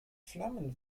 flammen